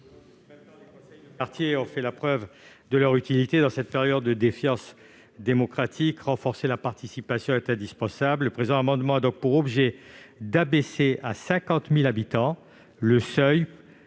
les conseils de quartier ont fait la preuve de leur utilité. Or, en cette période de défiance démocratique, renforcer la participation est indispensable. Le présent amendement a donc pour objet d'abaisser à 50 000 habitants le seuil